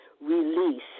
release